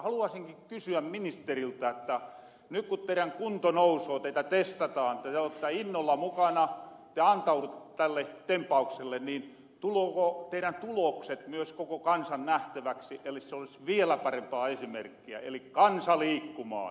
haluaisinki kysyä ministeriltä että nyt ku teidän kunto nousoo teitä testataan te ootta innolla mukana te antaudutte tälle tempaukselle niin tulooko teidän tulokset myös koko kansan nähtäväksi eli se olis vielä parempaa esimerkkiä eli kansa liikkumaan